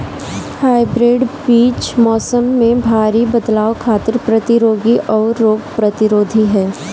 hybrid बीज मौसम में भारी बदलाव खातिर प्रतिरोधी आउर रोग प्रतिरोधी ह